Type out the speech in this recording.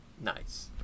Nice